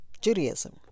Judaism